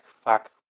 fuck